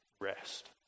rest